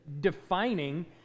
defining